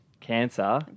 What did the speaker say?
cancer